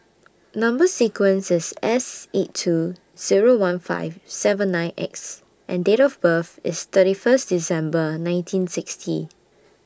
Number sequence IS S eight two Zero one five seven nine X and Date of birth IS thirty First December nineteen sixty